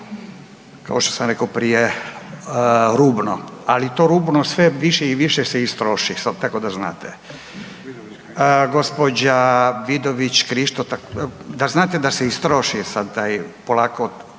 kao što sam rekla prije rubno. Ali to rubno sve više i više se istroši, tako da znate. Gđa. Vidović Krišto, da znate da se istroši sad tad polako,